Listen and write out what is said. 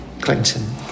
Clinton